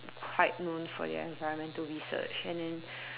quite known for their environmental research and then